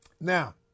Now